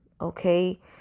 okay